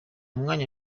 mwanya